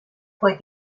fue